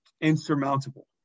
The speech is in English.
insurmountable